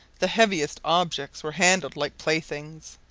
the heaviest objects were handled like playthings.